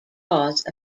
cause